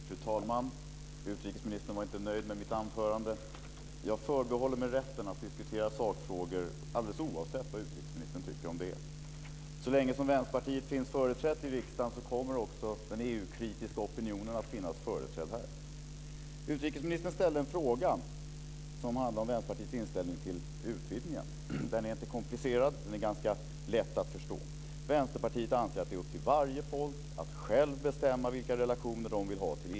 Fru talman! Utrikesministern var inte nöjd med mitt anförande. Jag förbehåller mig rätten att diskutera sakfrågor alldeles oavsett vad utrikesministern tycker om det. Så länge Vänsterpartiet finns företrätt i riksdagen kommer också den EU-kritiska opinionen att finns företrädd här. Utrikesministern ställde en fråga som handlar om Vänsterpartiets inställning till utvidgningen. Den är inte komplicerad, den är ganska lätt att förstå. Vänsterpartiet anser att det är upp till varje folk att själva bestämma de vill ha till EU.